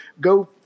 Go